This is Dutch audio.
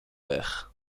weg